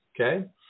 okay